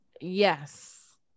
yes